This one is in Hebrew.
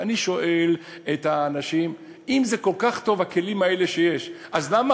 ואני שואל את האנשים: אם זה כל כך טוב,